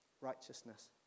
Righteousness